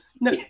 no